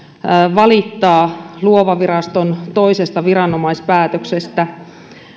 valittaa luova viraston toisesta viranomaispäätöksestä